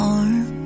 arm